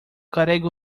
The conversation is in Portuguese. carrega